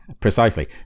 precisely